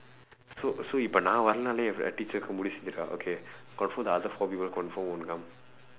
so so இப்ப நான் வரல்லன்னா:ippa naan varallannaa so the teacher will know okay confirm the other four people confirm won't come